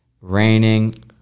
raining